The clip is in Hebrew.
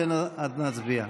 ואז נצביע.